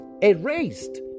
erased